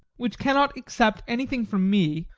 which cannot accept anything from me